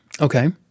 Okay